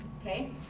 okay